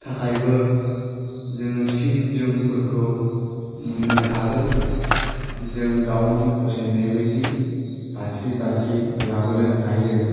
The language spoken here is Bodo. थाखायबो जोङो सि जोमफोरखौ मोनो आरो जों गावनि फसायनाय बायदि बासि बासि लाबोनो हायो